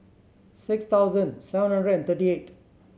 six thousand seven hundred and thirty eight